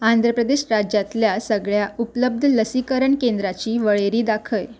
Andre Pradesh राज्यांतल्या सगळ्या उपलब्ध लसीकरण केंद्राची वळेरी दाखय